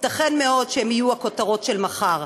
ייתכן מאוד שהם יהיו הכותרות של מחר.